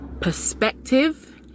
perspective